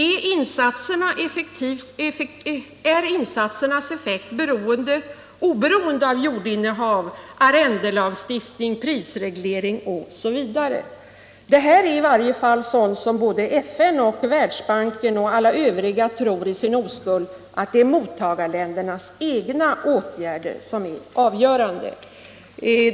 Är insatsernas effekt oberoende av jordinnehav, arrendelagstiftning, prisreglering osv.? Detta är i varje fall sådana områden där både FN och Världsbanken i sin oskuld tror att mottagarländernas egna åtgärder är avgörande.